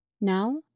Now